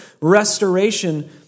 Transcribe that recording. restoration